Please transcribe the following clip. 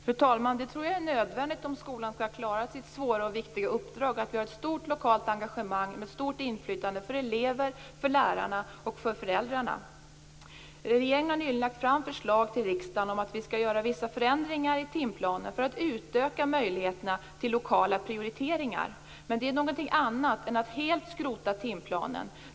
Fru talman! Jag tror att det är nödvändigt, om skolan skall klara sitt svåra och viktiga uppdrag, att vi har ett stort lokalt engagemang med stort inflytande för elever, lärare och föräldrar. Regeringen har nyligen lagt fram förslag till riksdagen om att göra vissa förändringar i timplanen för att utöka möjligheterna till lokala prioriteringar, men det är någonting annat än att helt skrota timplanen.